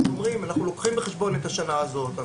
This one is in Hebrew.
שאומרים שלוקחים בחשבון את השנה הזאת,